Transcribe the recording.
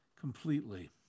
completely